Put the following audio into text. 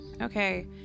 okay